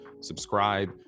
subscribe